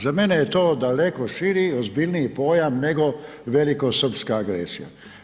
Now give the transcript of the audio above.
Za mene je to daleko širi i ozbiljniji pojam nego velikosrpska agresija.